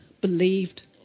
believed